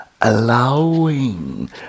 allowing